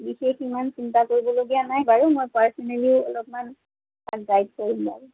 বিশেষ ইমান চিন্তা কৰিবলগীয়া নাই বাৰু মই পাৰ্ছ'নেলি অলপমান তাক গাইড কৰিম বাৰু